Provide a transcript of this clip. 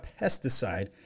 pesticide